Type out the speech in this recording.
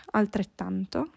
altrettanto